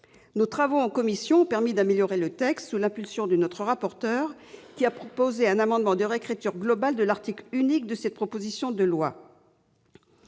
Nos travaux en commission ont permis d'améliorer le texte sous l'impulsion du rapporteur, qui a proposé un amendement de réécriture globale de l'article unique de cette proposition de loi.